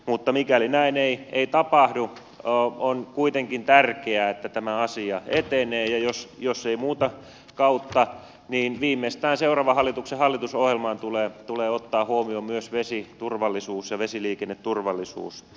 mutta mikäli näin ei tapahdu on kuitenkin tärkeää että tämä asia etenee ja jos ei muuta kautta niin viimeistään seuraavan hallituksen hallitusohjelman tulee ottaa huomioon myös vesiturvallisuus ja vesiliikenneturvallisuus